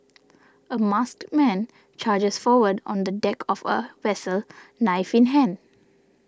a masked man charges forward on the deck of a vessel knife in hand